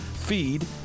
feed